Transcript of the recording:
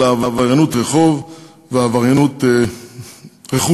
אלא עבריינות רחוב ועבריינות רכוש,